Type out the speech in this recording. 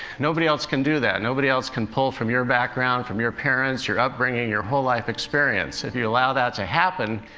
nobody else can do that nobody else can pull from your background, from your parents, your upbringing, your whole life experience. if you allow that to happen,